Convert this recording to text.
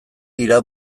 dira